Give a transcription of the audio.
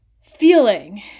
feeling